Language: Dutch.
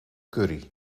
curry